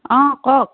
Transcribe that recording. অঁ কওক